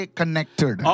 connected